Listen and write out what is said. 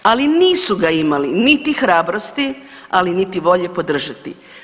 Ali nisu ga imali niti hrabrosti, ali niti volje podržati.